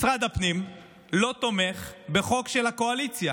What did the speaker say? משרד הפנים לא תומך בחוק של הקואליציה.